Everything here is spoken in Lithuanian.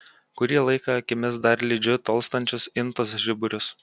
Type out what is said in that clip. kurį laiką akimis dar lydžiu tolstančius intos žiburius